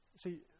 see